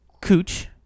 cooch